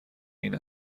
این